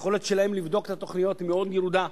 והיכולת שלהן לבדוק את התוכניות היא מאוד ירודה,